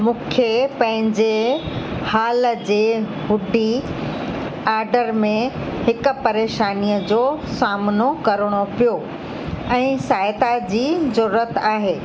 मूंखे पंहिंजे हाल जे हुडी आर्डर में हिक परेशानीअ जो सामिनो करिणो पियो ऐं सहायता जी जरूरत आहे